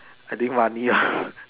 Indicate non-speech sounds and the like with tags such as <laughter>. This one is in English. I think one year <breath>